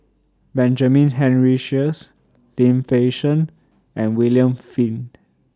Benjamin Henry Sheares Lim Fei Shen and William Flint